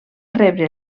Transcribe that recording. rebre